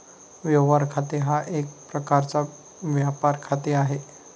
व्यवहार खाते हा एक प्रकारचा व्यापार खाते आहे